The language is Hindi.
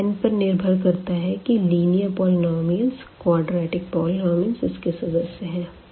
यह n पर निर्भर करता है कि लिनियर पॉलिनॉमियल क्वाड्रेटिक पॉलिनॉमियल इसके सदस्य है